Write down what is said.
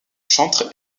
chantre